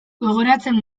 gogoratzen